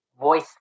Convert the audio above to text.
voice